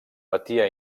patia